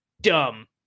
dumb